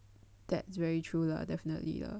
that's very true lah definitely ah